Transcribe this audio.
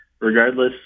regardless